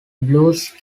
blues